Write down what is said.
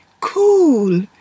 Cool